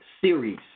series